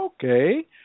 Okay